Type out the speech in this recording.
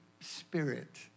spirit